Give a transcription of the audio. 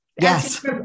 yes